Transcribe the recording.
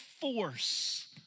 force